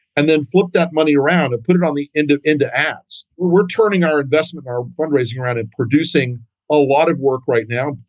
and then flip that money around and put it on me into into ads. we're turning our investment, our fundraising around and producing a lot of work right now,